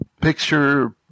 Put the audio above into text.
Picture